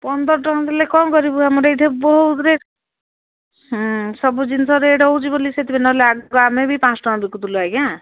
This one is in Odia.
ପନ୍ଦର ଟଙ୍କା ଦେଲେ କ'ଣ କରିବୁ ଆମର ଏଇଠି ବହୁତ ରେଟ୍ ସବୁ ଜିନିଷ ରେଟ୍ ହେଉଛି ବୋଲି ସେଥିପାଇଁ ନହେଲେ ଆଗ ଆମେ ବି ପାଞ୍ଚ ଟଙ୍କା ବିକୁଥିଲୁ ଆଜ୍ଞା